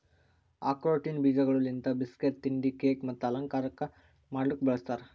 ಆಕ್ರೋಟಿನ ಬೀಜಗೊಳ್ ಲಿಂತ್ ಬಿಸ್ಕಟ್, ತಿಂಡಿ, ಕೇಕ್ ಮತ್ತ ಅಲಂಕಾರ ಮಾಡ್ಲುಕ್ ಬಳ್ಸತಾರ್